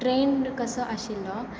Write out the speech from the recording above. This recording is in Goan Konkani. ट्रेन्ड कसो आशिल्लो